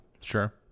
Sure